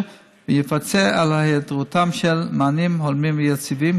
ויפצה על היעדרותם של מענים הולמים ויציבים,